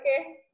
okay